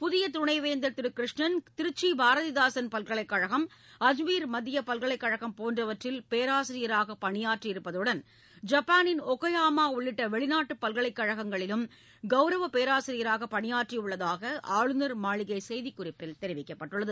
புதிய துணைவேந்தர் திரு கிருஷ்ணன் திருச்சி பாரதிதாசன் பல்கலைக்கழகம் அஜ்மீர் மத்திய பல்கலைக்கழகம் போன்றவற்றில் பேராசிரியராக பணியாற்றியிருப்பதுடன் ஜப்பானின் ஒகயாமா உள்ளிட்ட வெளிநாட்டுப் பல்கலைக்கழகங்களிலும் கௌரவ பேராசிரியராக பணியாற்றியுள்ளதாக ஆளுநர் மாளிகை செய்திக்குறிப்பில் தெரிவிக்கப்பட்டுள்ளது